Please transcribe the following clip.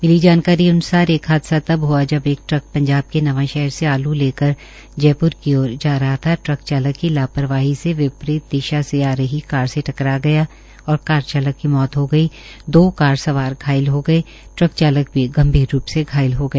मिली जानकारी के अन्सार एक हादसा तब हआ जब एक ट्रक पंजाब के नवांशहर से आलू लेकर जयप्र की ओर जा रहा ट्रक चालक की लापरवाही से विपरीत दिशा से आ रहीर कार से टकरा गया और कार चालक की मौत हो गई दो कार सवार घायल हो गए ट्रक चालक भी गंभीर रूप से घायल हो गया